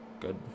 good